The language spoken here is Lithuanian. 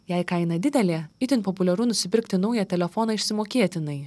jei kaina didelė itin populiaru nusipirkti naują telefoną išsimokėtinai